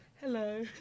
hello